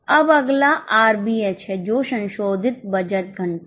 अब अगला आरबीएच है जो संशोधित बजट घंटे है